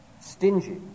stingy